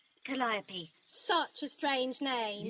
calliope. such a strange name. yeah!